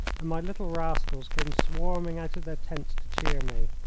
and my little rascals came swarming out of their tents to cheer me.